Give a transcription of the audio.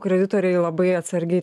kreditoriai labai atsargiai